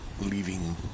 leaving